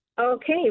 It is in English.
Okay